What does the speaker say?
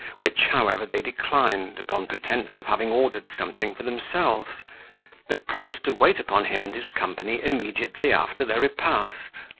which, however, they declined upon pretence of having ordered something for themselves but promised to wait upon him and his company immediately after their repast.